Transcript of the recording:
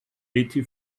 eighty